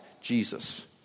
Jesus